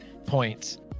points